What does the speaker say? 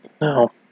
No